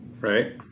right